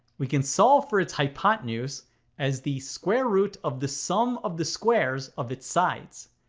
we can solve for its hypotenuse as the square root of the sum of the squares of its sides.